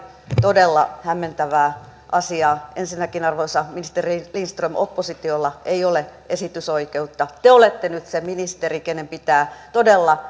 todella hämmentävää asiaa ensinnäkään arvoisa ministeri lindström oppositiolla ei ole esitysoikeutta te olette nyt se ministeri kenen pitää todella